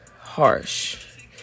harsh